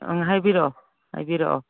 ꯎꯝ ꯍꯥꯏꯕꯤꯔꯛꯑꯣ ꯍꯥꯏꯕꯤꯔꯛꯑꯣ